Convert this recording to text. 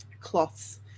cloths